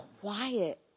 quiet